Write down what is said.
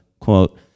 quote